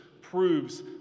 proves